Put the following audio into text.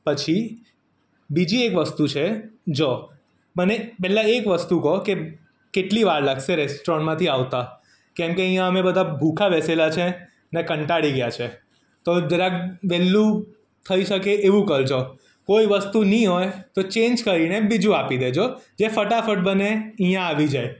પછી બીજી એક વસ્તુ છે જો મને પહેલાં એક વસ્તુ કહો કે કેટલી વાર લાગશે રેસ્ટોરન્ટમાંથી આવતા કેમકે અહીંયા અમે બધા ભુખ્યા બેસેલા છે ને કંટાળી ગયા છે તો જરાક વહેલું થઈ શકે એવું કરજો કોઈ વસ્તુ નહીં હોય તો ચેન્જ કરીને બીજું આપી દેજો જે ફટાફટ બને અહીંયા આવી જાય